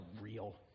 real